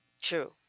true